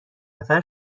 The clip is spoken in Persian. نفر